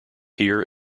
here